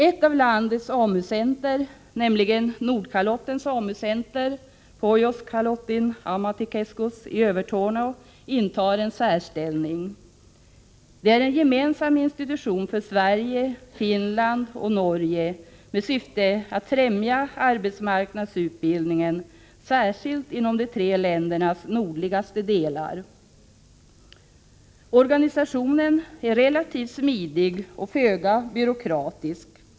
Ett av landets AMU-center, nämligen Nordkalottens AMU-center — Pohjoiskalottin ammattikeskus — i Övertorneå, intar en särställning. Det är en gemensam institution för Sverige, Finland och Norge med syfte att främja arbetsmarknadsutbildningen särskilt inom de tre ländernas nordligaste delar. Organisationen är relativt smidig och föga byråkratisk.